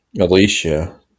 Alicia